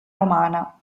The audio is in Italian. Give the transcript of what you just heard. romana